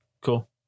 Cool